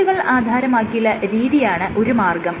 end പോയിന്റുകൾ ആധാരമാക്കിയുള്ള രീതിയാണ് ഒരു മാർഗ്ഗം